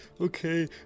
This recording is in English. Okay